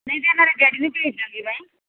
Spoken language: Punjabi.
ਨਹੀਂ ਜੀ ਮੈਂ ਡੈਡੀ ਨੂੰ ਭੇਜ ਦਿਆਂਗੀ ਮੈਂ